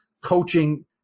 coaching